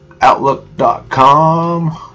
Outlook.com